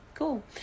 Cool